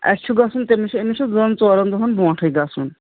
اَسہِ چھُ گژھُن تٔمِس چھُ أمِس چھُ دۄن ژورَن دۄہَن برونٛٹھٕے گژھُن